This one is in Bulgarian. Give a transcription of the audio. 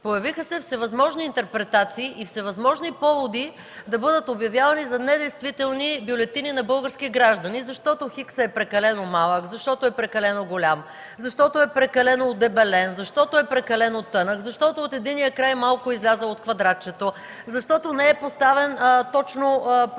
Появиха се всевъзможни интерпретации и всевъзможни поводи да бъдат обявявани за недействителни бюлетини на български граждани, защото хиксът е прекалено малък, защото е прекалено голям, защото е прекалено удебелен, защото е прекалено тънък, защото от единия край малко е излязъл от квадратчето, защото не е поставен точно, правилно